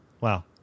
Wow